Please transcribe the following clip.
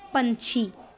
ਪੰਛੀ